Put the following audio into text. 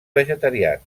vegetarians